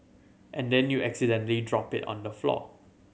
and then you accidentally drop it on the floor